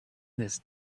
this